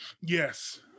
Yes